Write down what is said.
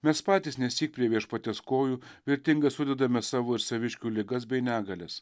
mes patys nesyk prie viešpaties kojų vertinga sudedame savo ir saviškių ligas bei negalias